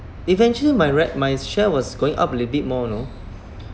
eventually my re~ my share was going up a bit more you know